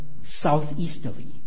southeasterly